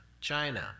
China